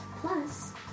Plus